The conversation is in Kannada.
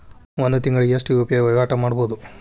ಒಂದ್ ತಿಂಗಳಿಗೆ ಎಷ್ಟ ಯು.ಪಿ.ಐ ವಹಿವಾಟ ಮಾಡಬೋದು?